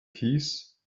keys